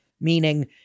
meaning